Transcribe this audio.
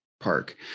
park